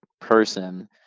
person